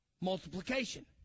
Multiplication